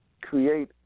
Create